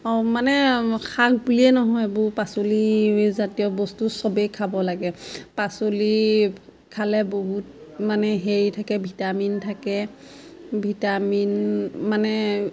অঁ মানে শাক বুলিয়েই নহয় এইবোৰ পাচলিজাতীয় বস্তু সবেই খাব লাগে পাচলি খালে বহুত মানে হেৰি থাকে ভিটামিন থাকে ভিটামিন মানে